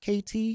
KT